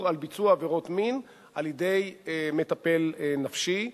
לביצוע עבירות מין על-ידי מטפל נפשי.